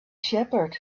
shepherd